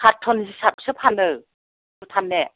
carton हिसाबसो फानो भुटानने